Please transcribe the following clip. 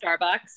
Starbucks